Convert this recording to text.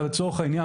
לצורך העניין